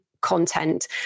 content